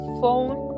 phone